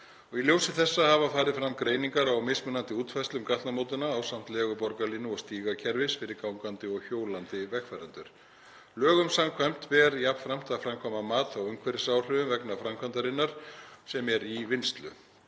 Í ljósi þessa hafa farið fram greiningar á mismunandi útfærslum gatnamótanna ásamt legu borgarlínu og stígakerfis fyrir gangandi og hjólandi vegfarendur. Lögum samkvæmt ber jafnframt að framkvæma mat á umhverfisáhrifum vegna framkvæmdarinnar sem er í vinnslu.